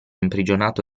imprigionato